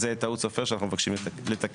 אז זו טעות סופר שאנחנו מבקשים לתקן.